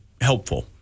helpful